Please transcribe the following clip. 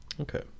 okay